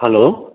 hello